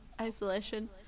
isolation